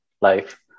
life